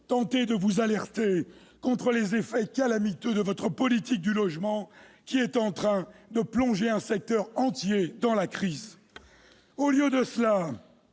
tenté de vous alerter contre les effets calamiteux de votre politique du logement, qui est en train de plonger un secteur entier dans la crise ? Au lieu de cela,